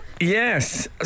Yes